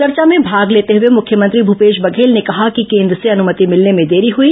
चर्चा में भाग लेते हुए मुख्यमंत्री भूपेश बघेल ने कहा कि केन्द्र से अनुमति मिलने में देरी हुई